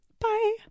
Bye